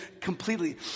completely